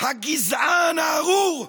הגזען הארור,